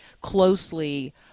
closely